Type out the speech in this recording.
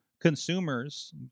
consumers